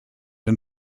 and